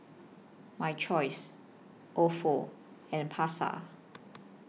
My Choice Ofo and Pasar